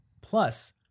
Plus